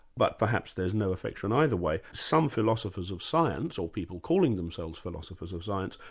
but perhaps there's no affection either way. some philosophers of science, or people calling themselves philosophers of science,